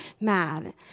mad